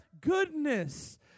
goodness